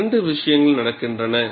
இரண்டு விஷயங்கள் நடக்கின்றன